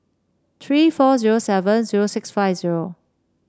three four zero seven zero six five zero